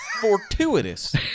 Fortuitous